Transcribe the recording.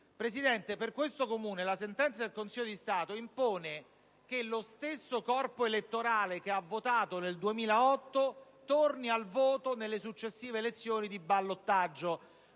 Marsi. Per quest'ultimo Comune, la sentenza del Consiglio di Stato impone che lo stesso corpo elettorale che ha votato nel 2008 torni al voto nelle successive elezioni di ballottaggio.